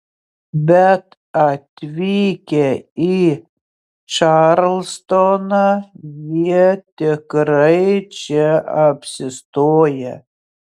bet atvykę į čarlstoną jie tikrai čia apsistoja